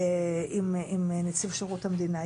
עם נציג שירות המדינה.